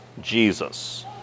Jesus